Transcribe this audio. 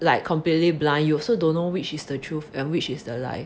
like completely blind you also don't know which is the truth which is the lie